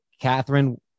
Catherine